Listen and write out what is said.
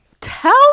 tell